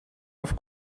auf